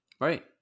Right